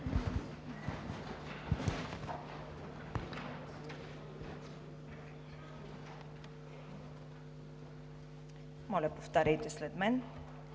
Моля, повтаряйте след мен.